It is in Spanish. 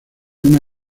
una